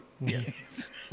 Yes